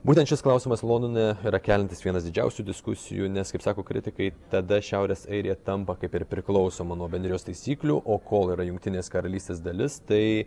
būtent šis klausimas londone yra keliantis vienas didžiausių diskusijų nes kaip sako kritikai tada šiaurės airija tampa kaip ir priklausoma nuo bendrijos taisyklių o kol yra jungtinės karalystės dalis tai